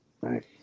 Right